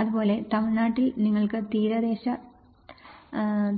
അതുപോലെ തമിഴ്നാട്ടിൽ നിങ്ങൾക്ക് തീരദേശ